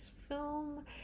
film